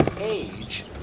age